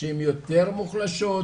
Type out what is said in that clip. שהן יותר מוחלשות,